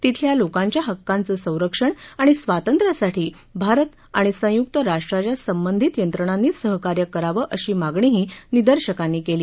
तिथल्या लोकांच्या हक्कांचं संरक्षण आणि स्वातंत्र्यासाठी भारत आणि संयुक राष्ट्राच्या संबंधित यंत्रणांनी सहकार्य करावं अशी मागणीही निदर्शकांनी कल्ली